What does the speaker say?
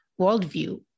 worldview